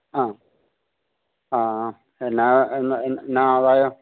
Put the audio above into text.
ആ നാളെയോ